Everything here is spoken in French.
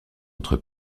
entre